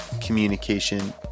communication